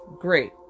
great